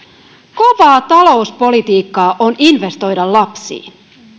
kovaa talouspolitiikkaa on investoida lapsiin